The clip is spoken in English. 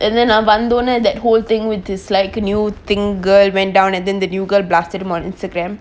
and then நா வந்தோனே:na vanthone that whole thing with his like new thing girl went down and then the new girl blasted them on instagram